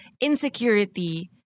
insecurity